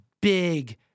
big